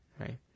right